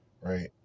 right